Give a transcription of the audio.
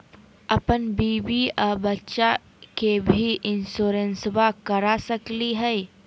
अपन बीबी आ बच्चा के भी इंसोरेंसबा करा सकली हय?